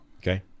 Okay